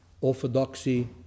orthodoxy